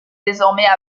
désormais